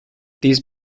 these